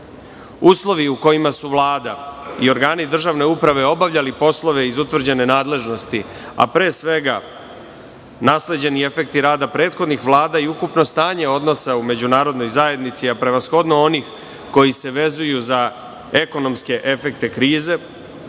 Uslovi u kojima su Vlada i organi državne uprave obavljali poslove iz utvrđene nadležnosti, a pre svega nasleđeni efekti rada prethodnih vlada i ukupno stanje odnosa u međunarodnoj zajednici, a prevashodno onih koji se vezuju za ekonomske efekte krize,